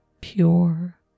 pure